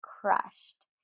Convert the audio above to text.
crushed